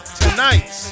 tonight